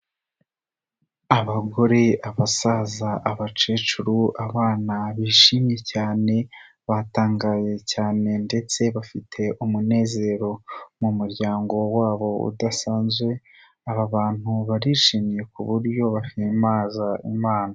Abagore, abasaza, abakecuru, abana bishimye cyane batangaye cyane ndetse bafite umunezero mu muryango wabo udasanzwe aba bantu barishimye ku buryo bahimbaza imana.